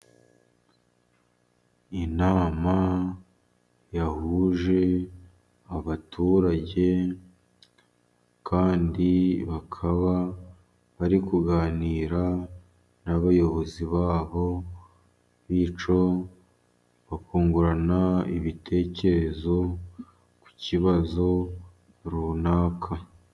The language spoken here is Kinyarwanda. Inama yahuje abaturage kandi bakaba bari kuganira n'abayobozi babo bityo bakungurana ibitekerezo ku kibazo runaka.